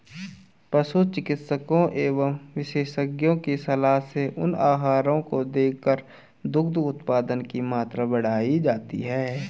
पशु चिकित्सकों एवं विशेषज्ञों की सलाह से उन आहारों को देकर दुग्ध उत्पादन की मात्रा बढ़ाई जाती है